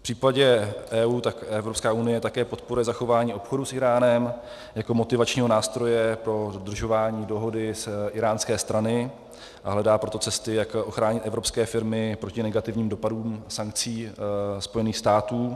V případě EU Evropská unie také podporuje zachování obchodu s Íránem jako motivačního nástroje pro dodržování dohody z íránské strany a hledá proto cesty, jak ochránit evropské firmy proti negativním dopadům sankcí Spojených států.